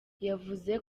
yavuze